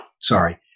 sorry